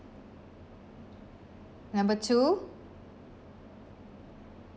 number two